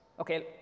Okay